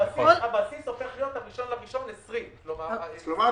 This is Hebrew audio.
--- הבסיס הופך להיות ה-1 בינואר 2020. כלומר,